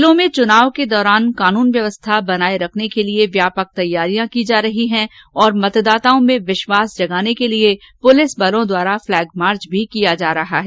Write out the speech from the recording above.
जिलों में चूनाव के दौरान कानून व्यवस्था बनाए रखने के लिए व्यापक तैयारियां की जा रही है तथा मतदाताओं में विश्वास जगाने के लिए पुलिस बलों द्वारा फ़्लैगमार्च किया जा रहा है